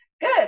Good